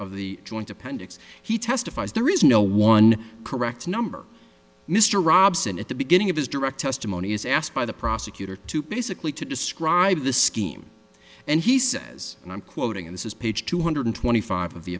of the joint appendix he testifies there is no one correct number mr robson at the beginning of his direct testimony is asked by the prosecutor to basically to describe the scheme and he says and i'm quoting this is page two hundred twenty five of the